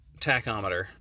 tachometer